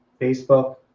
facebook